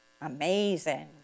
amazing